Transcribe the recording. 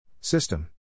System